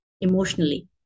emotionally